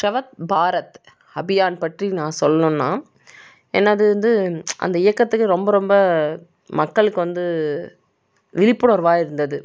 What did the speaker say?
சவத் பாரத் அபியான் பற்றி நான் சொல்லணுன்னா எனது வந்து அந்த இயக்கத்துக்கு ரொம்ப ரொம்ப மக்களுக்கு வந்து விழிப்புணர்வாக இருந்தது